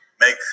make